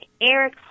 Eric